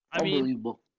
Unbelievable